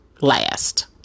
last